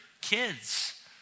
kids